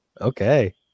Okay